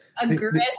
aggressive